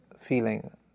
feeling